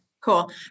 Cool